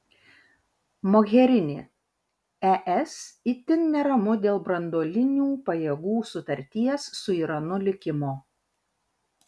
mogherini es itin neramu dėl branduolinių pajėgų sutarties su iranu likimo